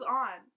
on